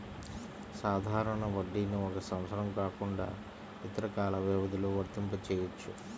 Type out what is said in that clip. సాధారణ వడ్డీని ఒక సంవత్సరం కాకుండా ఇతర కాల వ్యవధిలో వర్తింపజెయ్యొచ్చు